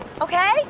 Okay